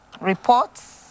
reports